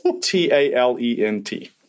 T-A-L-E-N-T